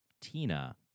Tina